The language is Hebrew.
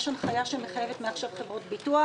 יש הנחיה שמחייבת מעכשיו חברות ביטוח